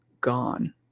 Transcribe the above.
gone